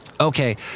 okay